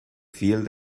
fiel